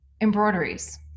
embroideries